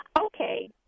Okay